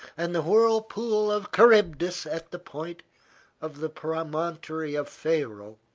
and the whirlpool of charybdis at the point of the promontory of faro,